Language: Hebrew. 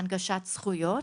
הנגשת זכויות.